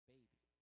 Baby